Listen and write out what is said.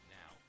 now